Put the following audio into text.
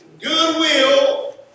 goodwill